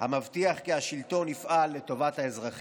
המבטיח כי השלטון יפעל לטובת האזרחים.